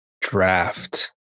draft